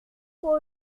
pour